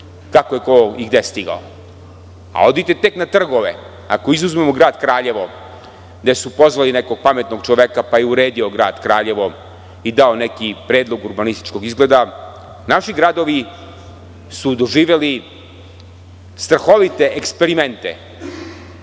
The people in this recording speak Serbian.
kako je ko i gde je stigao, a idite tek na trgove, ako izuzmemo grad Kraljevo, gde su pozvali nekog pametnog čoveka pa je uredio grad Kraljevo i dao neki predlog urbanističkog izgleda. Naši gadovi su doživeli strahovite eksperimente